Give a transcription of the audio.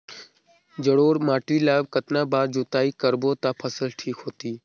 जलोढ़ माटी ला कतना बार जुताई करबो ता फसल ठीक होती?